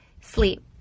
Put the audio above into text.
sleep